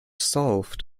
solved